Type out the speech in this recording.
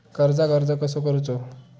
कर्जाक अर्ज कसो करूचो?